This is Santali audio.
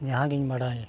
ᱡᱟᱦᱟᱸ ᱜᱮᱧ ᱵᱟᱰᱟᱭ